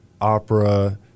opera